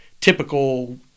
typical